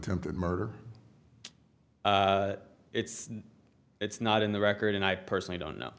tempted murder it's it's not in the record and i personally don't know